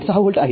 ६ volt आहे